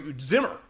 Zimmer